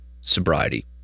sobriety